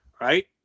Right